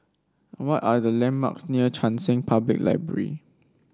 what are the Landmarks near Cheng San Public Library